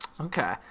Okay